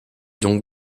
donc